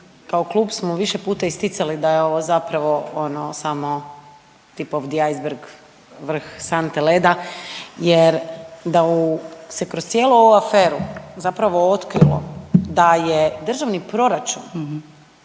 kao klub smo više puta isticali da je ovo zapravo ono samo tip of di ais berg, vrh sante leda jer da u, se kroz cijelu ovu aferu zapravo otkrilo da je državni proračun